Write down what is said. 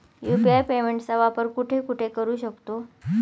UPI पेमेंटचा वापर कुठे कुठे करू शकतो?